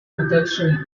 protection